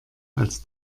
als